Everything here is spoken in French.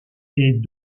est